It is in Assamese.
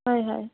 হয় হয়